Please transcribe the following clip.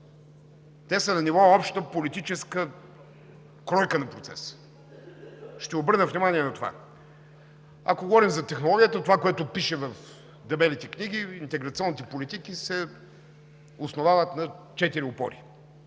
Те са на ниво обща политическа кройка на процеса. Ще обърна внимание на това. Ако говорим за технологията, това, което пише в дебелите книги, интеграционните политики се основават на четири опори